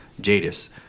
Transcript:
Jadis